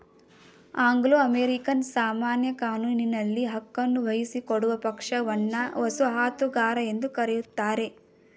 Anglo American ಸಾಮಾನ್ಯ ಕಾನೂನಿನಲ್ಲಿ ಹಕ್ಕನ್ನು ವಹಿಸಿಕೊಡುವ ಪಕ್ಷವನ್ನ ವಸಾಹತುಗಾರ ಎಂದು ಕರೆಯುತ್ತಾರೆ